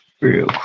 Real